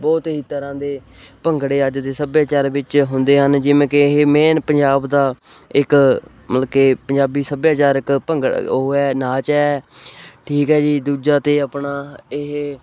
ਬਹੁਤ ਹੀ ਤਰ੍ਹਾਂ ਦੇ ਭੰਗੜੇ ਅੱਜ ਦੇ ਸੱਭਿਆਚਾਰ ਵਿੱਚ ਹੁੰਦੇ ਹਨ ਜਿਵੇਂ ਕਿ ਇਹ ਮੇਨ ਪੰਜਾਬ ਦਾ ਇੱਕ ਮਤਲਬ ਕਿ ਪੰਜਾਬੀ ਸੱਭਿਆਚਾਰਕ ਭੰਗੜਾ ਉਹ ਹੈ ਨਾਚ ਹੈ ਠੀਕ ਹੈ ਜੀ ਦੂਜਾ ਅਤੇ ਆਪਣਾ ਇਹ